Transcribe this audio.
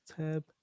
tab